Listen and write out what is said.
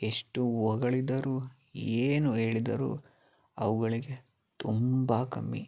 ಎಷ್ಟು ಹೊಗಳಿದರು ಏನು ಹೇಳಿದರು ಅವುಗಳಿಗೆ ತುಂಬ ಕಮ್ಮಿ